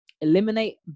eliminate